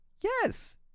yes